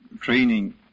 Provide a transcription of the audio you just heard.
training